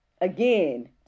again